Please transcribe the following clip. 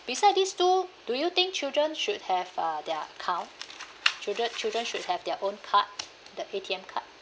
beside these two do you think children should have uh their account children children should have their own card the A_T_M card